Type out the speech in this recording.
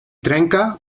trenca